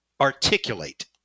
articulate